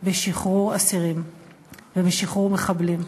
בשחרור אסירים ובשחרור מחבלים,